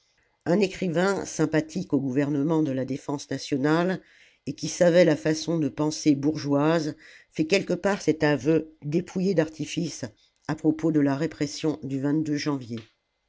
un écrivain sympathique au gouvernement de la défense nationale et qui savait la façon de penser bourgeoise fait quelque part cet aveu dépouillé d'artifice à propos de la répression du janvier